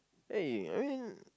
eh I mean